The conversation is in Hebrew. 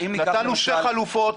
נתנו שתי חלופות,